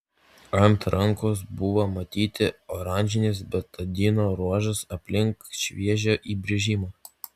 ant rankos buvo matyti oranžinis betadino ruožas aplink šviežią įbrėžimą